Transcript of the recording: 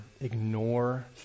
ignore